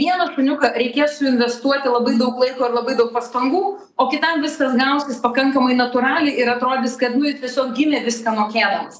vieną šuniuką reikės suinvestuoti labai daug laiko ir labai daug pastangų o kitam viskas gausis pakankamai natūraliai ir atrodys kad nu jis tiesiog gimė viską mokėdamas